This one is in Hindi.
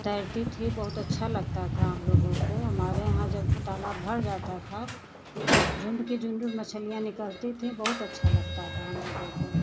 तैरती थीं बहुत अच्छा लगता था हमलोगों को हमारे यहाँ जब तालाब भर जाता था झुण्ड की झुण्ड मछलियाँ निकलती थीं बहुत अच्छा लगता था हमलोगों को